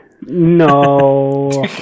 no